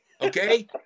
Okay